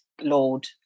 Lord